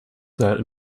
set